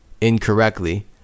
incorrectly